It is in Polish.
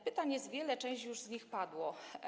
Pytań jest wiele, część już z nich padła.